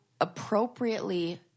appropriately